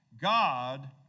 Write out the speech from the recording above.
God